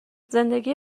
زندگی